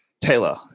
taylor